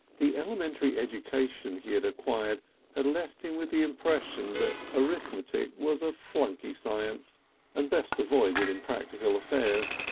the elementary education he had acquired had left him with the impression that arithmetic was a fluky science and best avoided in practical affairs,